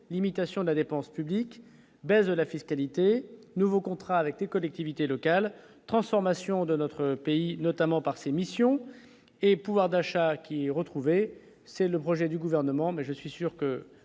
limitation de la dépense publique, baisse de la fiscalité, nouveau contrat avec les collectivités locales, transformation de notre pays, notamment par ses missions et pouvoir d'achat qui retrouvait c'est le projet du gouvernement mais je suis sûr que